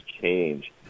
change